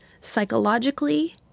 psychologically